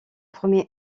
premier